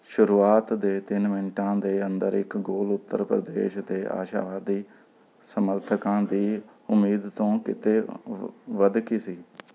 ਸ਼ੁਰੂਆਤ ਦੇ ਤਿੰਨ ਮਿੰਟਾਂ ਦੇ ਅੰਦਰ ਇੱਕ ਗੋਲ ਉੱਤਰ ਪ੍ਰਦੇਸ਼ ਦੇ ਆਸ਼ਾਵਾਦੀ ਸਮਰਥਕਾਂ ਦੀ ਉਮੀਦ ਤੋਂ ਕਿਤੇ ਵਧਕੇ ਸੀ